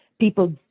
people